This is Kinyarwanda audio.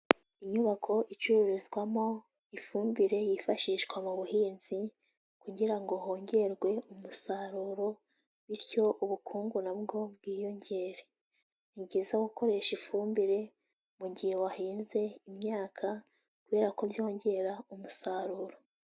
Inyubako icururizwamo ifumbire yifashishwa mu buhinzi kugira ngo hongerwe umusaruro, bityo ubukungu nabwo bwiyongere. Ni byiza gukoresha ifumbire mu gihe wahinze imyaka kubera ko byongera umusaruro.